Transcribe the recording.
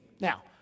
Now